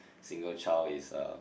single child is a